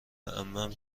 عمم